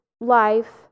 life